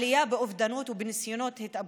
עלייה באובדנות ובניסיונות התאבדות.